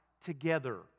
together